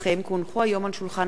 כי הונחו היום על שולחן הכנסת,